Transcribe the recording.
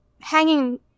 hanging